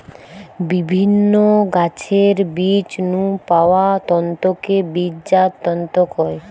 বিভিন্ন গাছের বীজ নু পাওয়া তন্তুকে বীজজাত তন্তু কয়